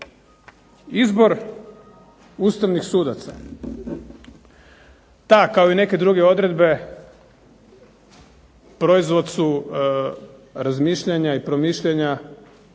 Izbor Ustavnih sudaca, ta kao i neke druge odredbe proizvod su razmišljanja i promišljanja